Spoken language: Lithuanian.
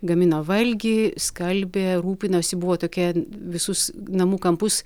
gamino valgį skalbė rūpinosi buvo tokia visus namų kampus